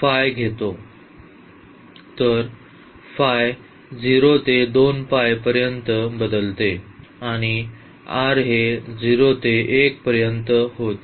तर फाइ 0 ते पर्यंत बदलते आणि r हे 0 ते 1 पर्यंत होते